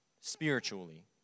spiritually